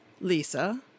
Lisa